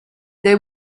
they